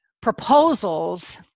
proposals